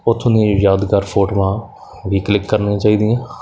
ਉੱਥੋਂ ਦੀਆਂ ਯਾਦਗਾਰ ਫੋਟੋਆਂ ਵੀ ਕਲਿੱਕ ਕਰਨੀਆਂ ਚਾਹੀਦੀਆਂ